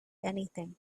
anything